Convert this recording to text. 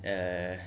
eh